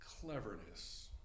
cleverness